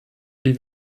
die